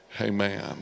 amen